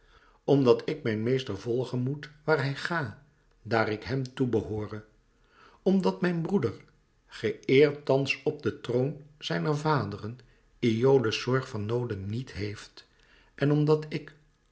omdat ik mijn meester volgen moet waar hij ga daar ik hem toe behoore omdat mijn broeder geëerd thans op den troon zijner vaderen iole's zorg van noode niet heeft en omdat ik